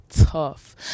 tough